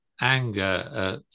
anger